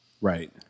Right